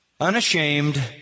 unashamed